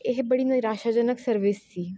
ਇਹ ਬੜੀ ਨਿਰਾਸ਼ਾਜਨਕ ਸਰਵਿਸ ਸੀ